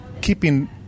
keeping